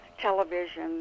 television